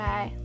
Bye